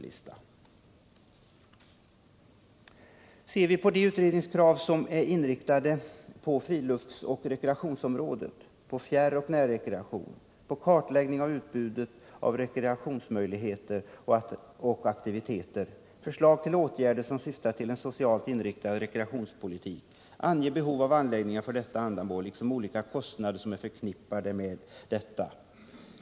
I de utredningskrav som är inriktade på friluftsoch rekreationsområdet —- på fjärroch närrekreation, på kartläggning av utbudet av rekreationsmöjligheter och aktiviteter, förslag till åtgärder som syftar till en socialt inriktad rekreationspolitik — anges behov av anläggningar för detta ändamål liksom olika kostnader som är förknippade med detta.